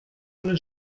alle